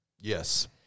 Yes